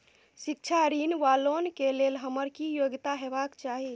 शिक्षा ऋण वा लोन केँ लेल हम्मर की योग्यता हेबाक चाहि?